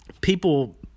people